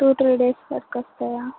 two three days వరకు వస్తాయా